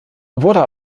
wurde